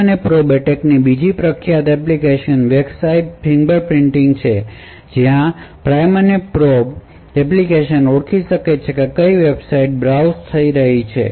prime અને probe એટેકની બીજી પ્રખ્યાત એપ્લિકેશન વેબસાઇટ ફિંગરપ્રિન્ટિંગની છે જ્યાં પ્રાઇમ અને પ્રોબ એપ્લિકેશન ઓળખી શકે છે કે કઈ વેબસાઇટ્સ બ્રાઉઝ થઈ રહી છે